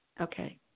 Okay